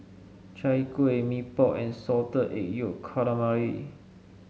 Chai Kuih Mee Pok and Salted Egg Yolk Calamari